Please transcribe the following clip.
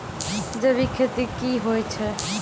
जैविक खेती की होय छै?